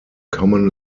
common